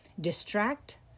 Distract